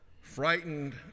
frightened